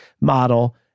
model